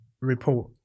report